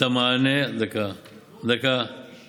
המענה, אדוני סגן השר, כתוב 90, דקה.